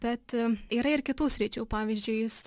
tad yra ir kitų sričių pavyzdžiui jūs